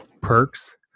perks